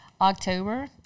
October